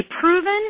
proven